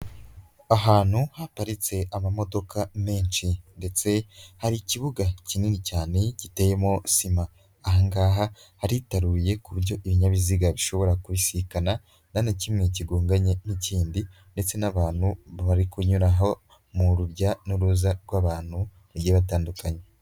Ahantu haparitse amamodoka menshi ndetse hari ikibuga kinini cyane giteyemo sima, aha ngaha haritaruye ku buryo ibinyabiziga bishobora kubisikana nta na kimwe kigonganye n'ikindi ndetse n'abantu bari kunyuraho mu rujya n'uruza rw'abantu bagiye batandukanye.